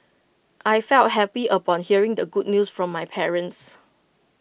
I felt happy upon hearing the good news from my parents